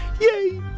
Yay